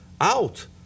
out